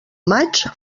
maig